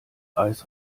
eis